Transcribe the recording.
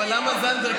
אבל למה זנדברג,